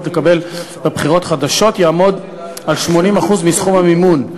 לקבל בבחירות חדשות יעמוד על 80% מסכום המימון,